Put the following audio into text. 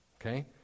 Okay